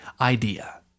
idea